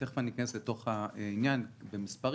ותכף אכנס לתוך העניין ולמספרים,